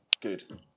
good